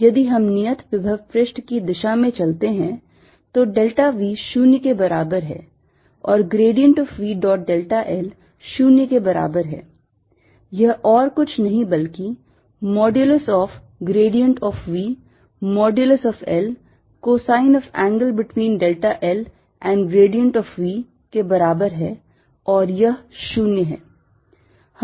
यदि हम नियत विभव पृष्ठ की दिशा में चलते हैं तो delta V 0 के बराबर है और grad of V dot delta l 0 के बराबर है यह और कुछ नहीं बल्कि modulus of grad of V modulus of l cosine of angle between delta l and grad of V के बराबर है और यह 0 है